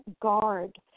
guard